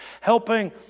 helping